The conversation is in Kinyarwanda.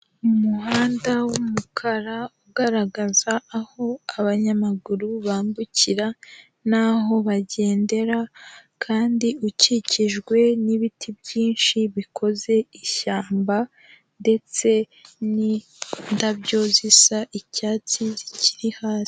Umuhanda w'umukara ugaragaza aho abanyamaguru bambukira n'aho bagendera kandi ukikijwe n'ibiti byinshi bikoze ishyamba ndetse n'indabyo zisa icyatsi zikiri hasi.